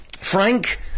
Frank